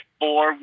four